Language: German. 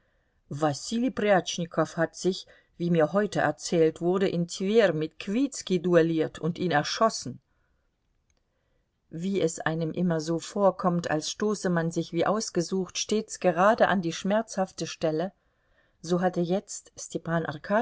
wasili prjatschnikow hat sich wie mir heute erzählt wurde in twer mit kwitski duelliert und ihn erschossen wie es einem immer so vorkommt als stoße man sich wie ausgesucht stets gerade an die schmerzhafte stelle so hatte jetzt stepan